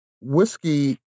whiskey